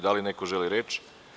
Da li neko želi reč?